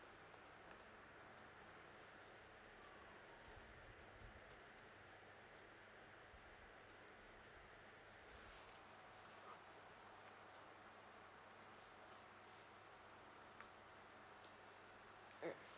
mm